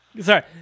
Sorry